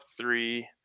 three